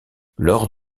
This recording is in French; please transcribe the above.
lors